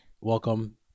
Welcome